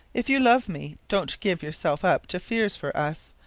if you love me, don't give yourself up to fears for us.